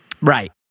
Right